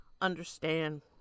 understand